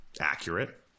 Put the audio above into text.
Accurate